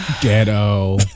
ghetto